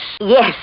Yes